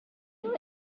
know